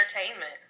entertainment